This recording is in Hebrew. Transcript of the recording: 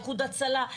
איחוד הצלה,